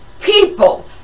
people